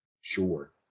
Sure